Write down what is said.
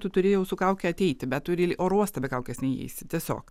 tu turi jau su kauke ateiti bet tu ir į oro uostą be kaukės neįeisi tiesiog